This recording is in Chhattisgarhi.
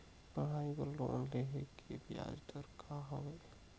पढ़ाई बर लोन लेहे के ब्याज दर का हवे?